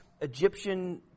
Egyptian